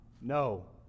no